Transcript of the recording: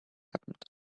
happened